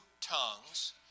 tongues